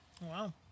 Wow